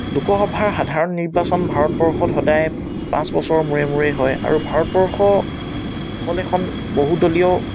লোকসভা সাধাৰণ নিৰ্বাচন ভাৰতবৰ্ষত সদায় পাঁচ বছৰৰ মূৰে মূৰে হয় আৰু ভাৰতবৰ্ষৰ হ'ল এখন বহুদলীয়